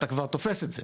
אתה כבר תופס את זה.